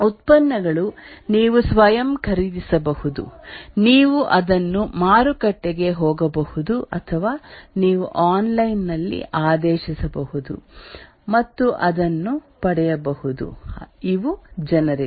ಉತ್ಪನ್ನಗಳು ನೀವು ಸ್ವಯಂ ಖರೀದಿಸಬಹುದು ನೀವು ಅದನ್ನು ಮಾರುಕಟ್ಟೆಗೆ ಹೋಗಬಹುದು ಅಥವಾ ನೀವು ಆನ್ಲೈನ್ ನಲ್ಲಿ ಆದೇಶಿಸಬಹುದು ಮತ್ತು ಅದನ್ನು ಪಡೆಯಬಹುದು ಇವು ಜೆನೆರಿಕ್